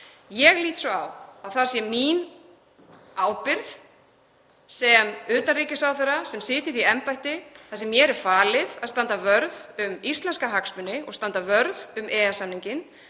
Ég lít svo á að það sé mín ábyrgð sem utanríkisráðherra, sem sit í embætti þar sem mér er falið að standa vörð um íslenska hagsmuni og standa vörð um EES-samninginn,